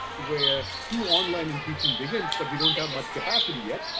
where true online and teaching begins but we don't have much capacity yet.